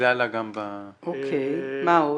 מה עוד?